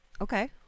Okay